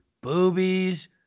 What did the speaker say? boobies